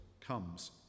comes